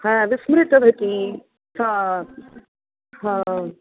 विस्मृतवती